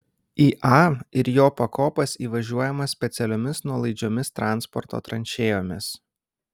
į a ir jo pakopas įvažiuojama specialiomis nuolaidžiomis transporto tranšėjomis